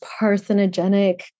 parthenogenic